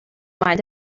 mind